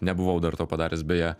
nebuvau dar to padaręs beje